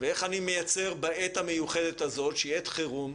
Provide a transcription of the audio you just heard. ואיך אני מייצר בעת המיוחדת הזאת, שהיא עת חירום,